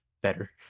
better